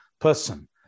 person